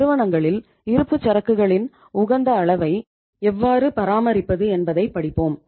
நிறுவனங்களில் இருப்புச்சரக்குகளின் உகந்த அளவை எவ்வாறு பராமரிப்பது என்பதை படிப்போம்